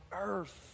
earth